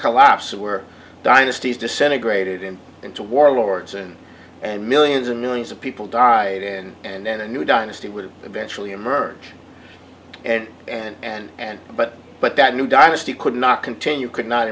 collapse where dynasties disintegrated in into warlords and and millions and millions of people died in and then a new dynasty would eventually emerge and and and but but that new dynasty could not continue could not